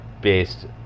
based